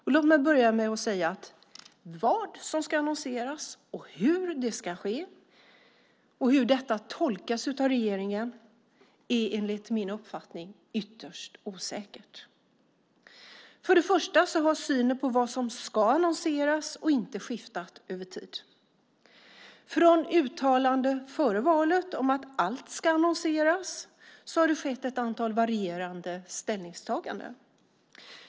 Och låt mig börja med att säga att vad som ska annonseras, hur det ska ske och hur detta tolkas av regeringen är enligt min uppfattning ytterst osäkert. Först och främst har synen på vad som ska annonseras och inte skiftat över tid. Från uttalanden före valet om att allt ska annonseras har det skett ett antal varierande ställningstaganden.